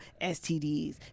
STDs